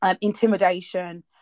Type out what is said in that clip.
intimidation